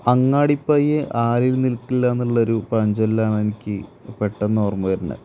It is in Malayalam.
അങ്ങാടി പയ്യ് ആലിൽ നിൽക്കില്ല എന്നുള്ളൊരു പഴഞ്ചൊല്ലാണ് എനിക്ക് പെട്ടെന്ന് ഓർമ്മ വരുന്നത്